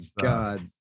God